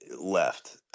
left